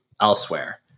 elsewhere